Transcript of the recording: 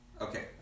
Okay